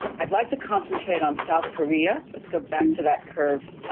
i'd like to concentrate on south korea. let's go back to that curve,